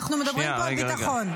אנחנו מדברים פה על ביטחון.